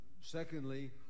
Secondly